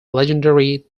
legendary